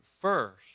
first